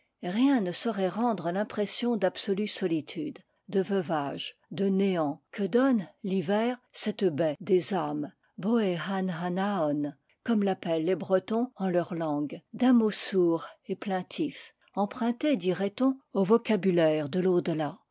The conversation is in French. rien ne saurait rendre l'impression d'absolue solitude de veuvage de néant que donne l'hiver cette baie des ames boc an anaon comme l'appellent les bretons en leur langue d'un mot sourd et plaintif emprunté dirait-on au vocabulaire de